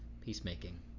peacemaking